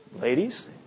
Ladies